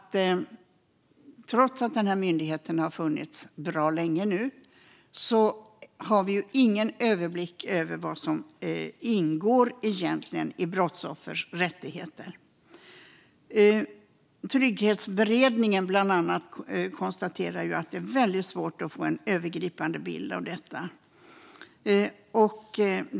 Trots att myndigheten har funnits länge har vi ingen överblick över vad som egentligen ingår i brottsoffers rättigheter. Trygghetsberedningen konstaterar att det är svårt att få en övergripande bild av detta.